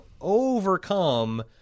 overcome